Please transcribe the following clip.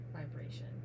vibration